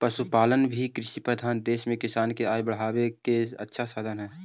पशुपालन भी कृषिप्रधान देश में किसान के आय बढ़ावे के अच्छा साधन हइ